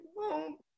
home